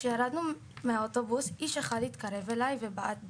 כשירדנו מהאוטובוס איש אחד התקרב אליי ובעט בי.